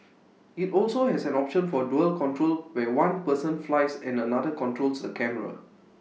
IT also has an option for dual control where one person flies and another controls the camera